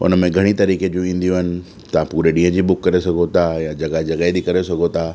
उन में घणी तरीक़े जूं ईंदियूं आहिनि तव्हां पूरे ॾींहं जी बुक करे सघो था या जॻहि जॻहि जी करे सघो था